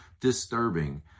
disturbing